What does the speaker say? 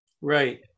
Right